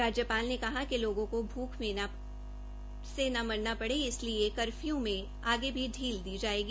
राज्यपाल ने कहा कि लोगों को भूख से न मरना पड़े इसलिए कफर्यू में आगे भी ढील दी जायेगी